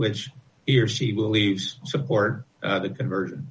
which he or she believes support the conversion